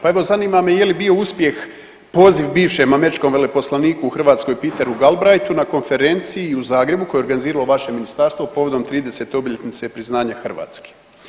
Pa evo zanima me je li bio uspjeh poziv bivše američkom veleposlaniku u Hrvatskoj Peteru Galbraithu na konferenciji u Zagrebu koje je organiziralo vaše ministarstvo povodom 30 obljetnice priznanja Hrvatske.